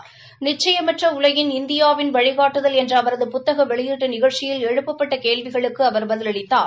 நிச்சயமற்ற உலகின் இந்தியாவின் வழிகாட்டுதல் என்ற அவரது புத்தக வெளியீட்டு நிகழ்ச்சியில் எழுப்பப்பட்ட கேள்விகளுக்கு பதிலளித்தார்